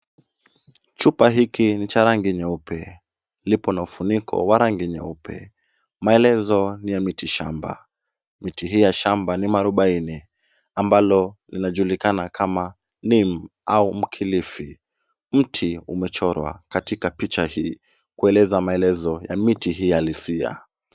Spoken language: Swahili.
Chupa hiki ni cha rangi nyeupe, lipo na ufuniko wa rangi nyeupe. Maelezo ni ya miti shamba. Miti hii ya shamba ni mwarubaine ambalo linajulikana kama neem au mkilifi. Ni mti umechorwa katika picha hii kueleza maelezo ya miti hii halisia.